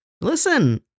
Listen